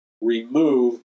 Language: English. remove